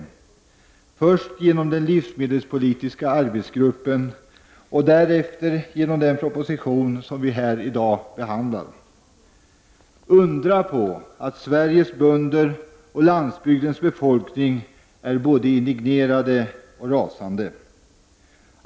Det skedde först genom den livsmedelspolitiska arbetsgruppen och därefter genom den proposition som vi i dag behandlar. Undra på att Sveriges bönder och landsbygdens befolkning är både indignerade och rasande!